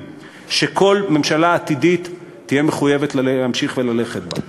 שכל ממשלה עתידית תהיה מחויבת להמשיך וללכת בה.